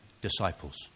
disciples